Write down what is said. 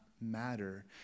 matter